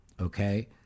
okay